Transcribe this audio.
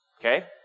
Okay